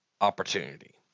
opportunity